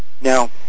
Now